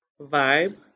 Vibe